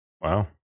Wow